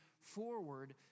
forward